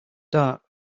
dart